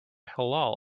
halal